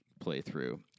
playthrough